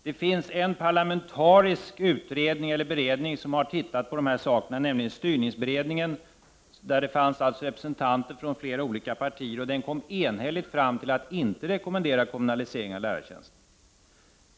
Det finns en parlamentarisk beredning som har tittat på de här sakerna, nämligen styrningsberedningen, där det fanns representanter från flera olika partier, och den kom enhälligt fram till att inte rekommendera kommunaliseringen av lärartjänsterna.